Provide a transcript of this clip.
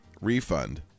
refund